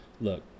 Look